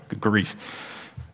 Grief